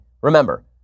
remember